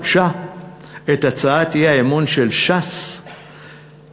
כבוד סגן השר,